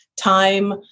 time